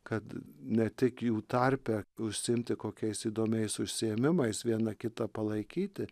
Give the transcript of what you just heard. kad ne tik jų tarpe užsiimti kokiais įdomiais užsiėmimais vieną kitą palaikyti